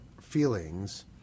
feelings